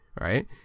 right